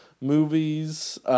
movies